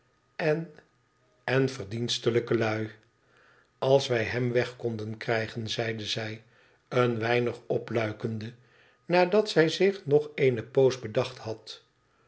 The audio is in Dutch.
en en verdienstelijke lui als wij hem weg konden krijgen zeide zij een weinig opluikende nadat zij zich nog eene poos bedacht had